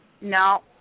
No